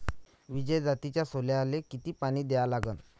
विजय जातीच्या सोल्याले किती पानी द्या लागन?